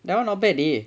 that [one] not bad dey